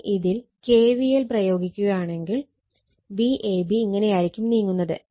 ഇനി ഇതിൽ k v l പ്രയോഗിക്കുകയാണെങ്കിൽ Vab ഇങ്ങനെയായിരിക്കും നീങ്ങുന്നത്